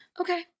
Okay